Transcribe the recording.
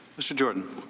mr. jordan.